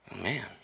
Man